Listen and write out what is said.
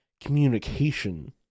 communication